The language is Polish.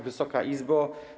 Wysoka Izbo!